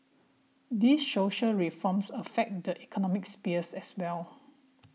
these social reforms affect the economic sphere as well